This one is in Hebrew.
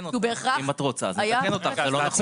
אם את רוצה, נתקן אותך, זה לא נכון.